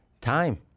time